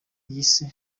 yise